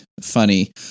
funny